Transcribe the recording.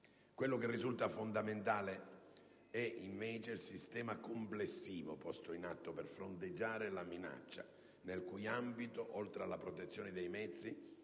Quello che risulta fondamentale è, invece, il sistema complessivo posto in atto per fronteggiare la minaccia, nel cui ambito, oltre alla protezione dei mezzi,